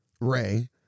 Ray